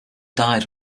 died